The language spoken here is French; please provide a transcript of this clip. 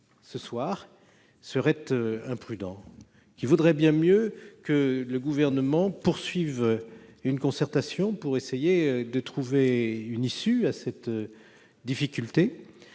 ce soir serait imprudent. Il vaudrait bien mieux que le Gouvernement mène une concertation pour essayer de trouver une issue à cette difficulté,